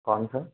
कौन सा